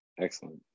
Excellent